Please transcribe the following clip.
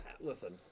Listen